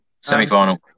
Semi-final